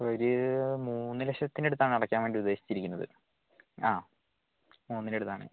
ഒരു മൂന്ന് ലക്ഷത്തിൻ്റെ അടുത്താണ് അടയ്ക്കാന് വേണ്ടി ഉദ്ദേശിച്ചിരിക്കുന്നത് ആ മൂന്നിൻ്റെ അടുത്താണ്